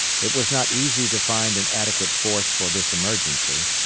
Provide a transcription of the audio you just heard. it was not easy to find an adequate force for this emergency.